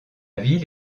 ville